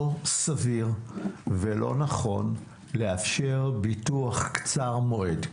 סביר ולא נכון לאפשר ביטוח קצר מועד,